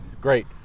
Great